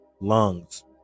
lungs